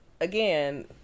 again